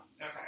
Okay